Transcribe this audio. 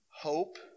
Hope